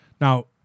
Now